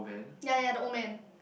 ya ya the old man